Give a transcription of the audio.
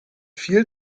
viel